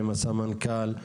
עם הסמנכ"ל.